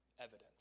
evidence